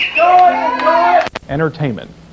Entertainment